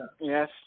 yes